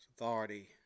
authority